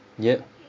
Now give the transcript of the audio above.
ya